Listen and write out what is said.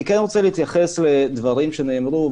אני כן רוצה להתייחס לדברים שנאמרו,